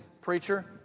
preacher